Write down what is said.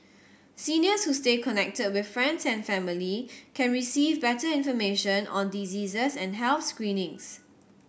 seniors who stay connected with friends and family can receive better information on diseases and health screenings